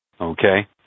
Okay